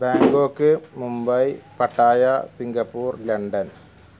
Bangkok Mumbai Pattaya Singapore London